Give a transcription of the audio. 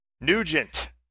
Nugent